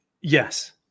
Yes